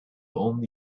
only